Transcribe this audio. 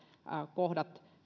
kohdat